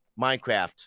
Minecraft